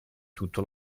tutto